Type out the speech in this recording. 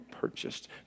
purchased